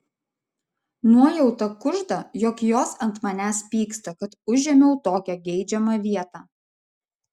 nuojauta kužda jog jos ant manęs pyksta kad užėmiau tokią geidžiamą vietą